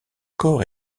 corps